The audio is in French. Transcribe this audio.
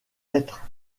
être